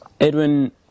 Edwin